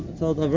told